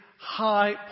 high